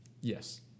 Yes